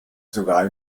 sogar